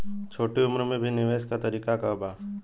छोटी उम्र में भी निवेश के तरीका क बा?